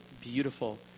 beautiful